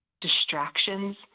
distractions